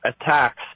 attacks